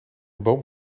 boom